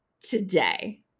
today